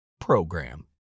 program